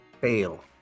fail